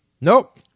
Nope